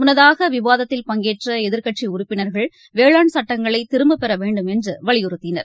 முன்னதாகவிவாதத்தில் பங்கேற்றஎதிர்கட்சிஉறுப்பினர்கள் வேளாண் சட்டங்களைதிரும்பப்பெறவேண்டும் என்றுவலியுறுத்தினர்